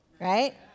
right